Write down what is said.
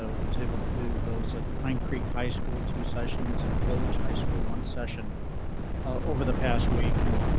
ah was able to do those at pine creek high school, two sessions and the village high school. one session over the past week and.